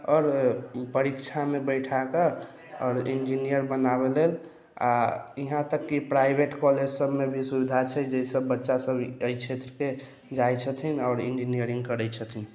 आओर परीक्षामे बैठाकऽ आओर इन्जीनियर बनाबै लेल आओर यहाँ तक कि प्राइवेट कॉलेज सभमे भी सुविधा छै जाहिसँ बच्चा सभ एहि क्षेत्रके जाइ छथिन आओर इन्जिनियरिंग करै छथिन